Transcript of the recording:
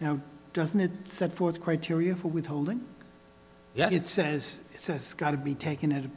now doesn't it set forth criteria for withholding that it says it says got to be taken